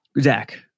Zach